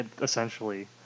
essentially